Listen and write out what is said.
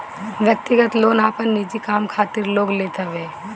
व्यक्तिगत लोन आपन निजी काम खातिर लोग लेत हवे